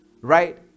right